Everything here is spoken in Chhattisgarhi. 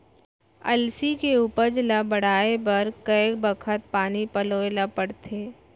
अलसी के उपज ला बढ़ए बर कय बखत पानी पलोय ल पड़थे?